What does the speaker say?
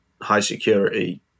high-security